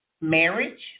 Marriage